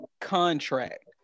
contract